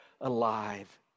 alive